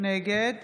נגד